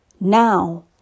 Now